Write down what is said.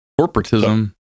Corporatism